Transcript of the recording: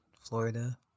Florida